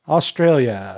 Australia